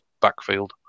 backfield